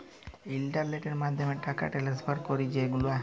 ইলটারলেটের মাধ্যমে টাকা টেনেসফার ক্যরি যে গুলা